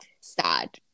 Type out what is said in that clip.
sad